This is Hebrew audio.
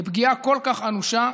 לפגיעה כל כך אנושה.